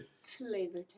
Flavor